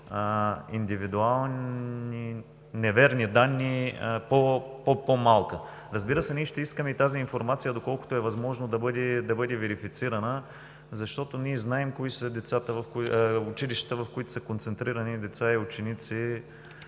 индивидуални неверни данни по-малка. Разбира се, ние ще искаме и тази информация, доколкото е възможно да бъде верифицирана, защото ние знаем кои са училищата, в които са концентрирани деца и ученици